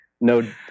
no